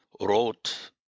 wrote